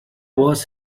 was